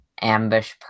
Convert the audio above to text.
ambush